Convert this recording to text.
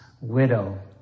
widow